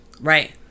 right